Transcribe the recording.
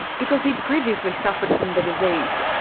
because he'd previously suffered from the disease.